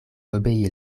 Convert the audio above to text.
obei